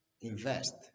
invest